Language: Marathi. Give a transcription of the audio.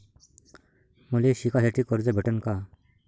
मले शिकासाठी कर्ज भेटन का?